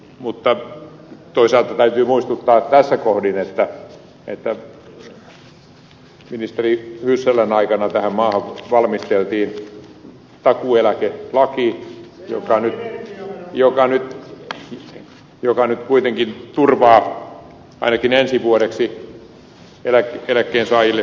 mutta toisaalta täytyy muistuttaa tässä kohdin että ministeri hyssälän aikana tähän maahan valmisteltiin takuueläkelaki joka nyt kuitenkin turvaa ainakin ensi vuodeksi eläkkeensaajille ihan kohtuullisen korotuksen